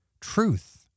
truth